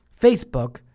facebook